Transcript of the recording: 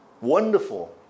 wonderful